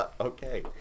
Okay